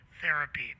therapy